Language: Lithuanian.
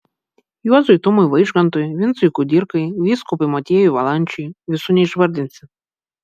juozui tumui vaižgantui vincui kudirkai vyskupui motiejui valančiui visų neišvardinsi